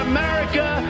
America